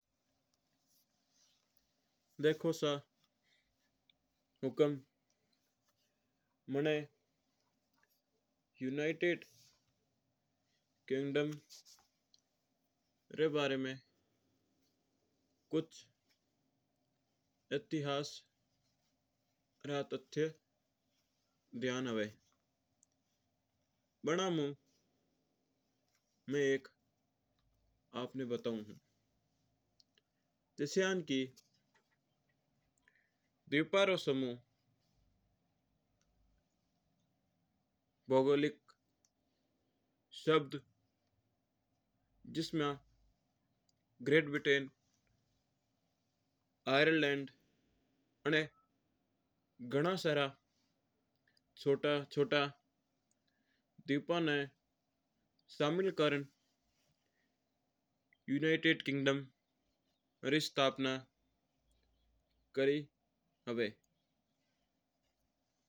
देखो सा हुकम मना यूनाइटेड किंगडम रे वारा में कुछ इतिहास रा तथ्य याद आवा। वण मुझे में एक आपना बताऊँ ज्या कि डेप्पा रो समूह भौगोलिक शब्द ग्रेट ब्रिटेन औआ आयरलैण्ड घणा सारा छोटा-छोटा दीपां नै भला कर र यूनाइटेड किंगडम बनायो हैं।